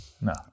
No